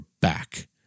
back